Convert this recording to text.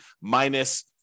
minus